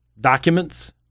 documents